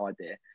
idea